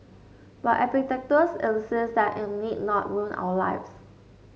but Epictetus insists that it need not ruin our lives